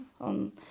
on